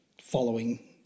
following